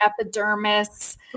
epidermis